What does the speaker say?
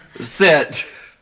Sit